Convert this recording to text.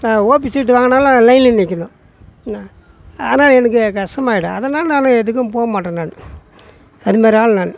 OP சீட்டு வாங்கினாலும் லைனில் நிற்கணும் என்ன அதனால் எனக்கு கஷ்டமாகிடும் அதனால் நான் எதுக்கும் போக மாட்டேன் நான் அது மாதிரி ஆள் நான்